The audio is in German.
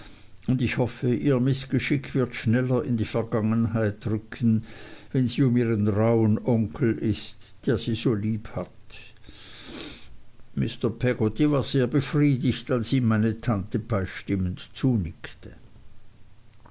und ich hoffe ihr mißgeschick wird schneller in die vergangenheit rücken wenn sie um ihren rauhen onkel ist der sie so lieb hat mr peggotty war sehr befriedigt als ihm meine tante beistimmend zunickte